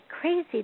crazy